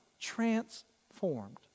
transformed